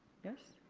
yes?